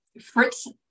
fritz